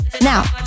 Now